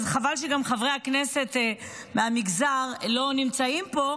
וחבל שגם חברי הכנסת מהמגזר לא נמצאים פה,